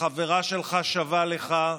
החברה שלך שווה לך.